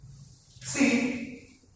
see